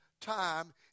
time